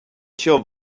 chill